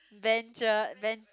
venture ven~